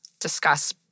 discuss